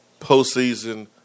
postseason